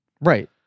Right